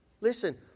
Listen